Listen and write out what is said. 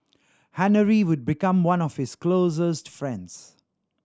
Henry would become one of his closest friends